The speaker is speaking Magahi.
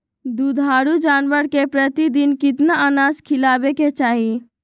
दुधारू जानवर के प्रतिदिन कितना अनाज खिलावे के चाही?